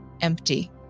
empty